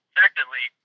secondly